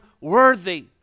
worthy